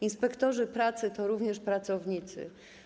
Inspektorzy pracy to również pracownicy.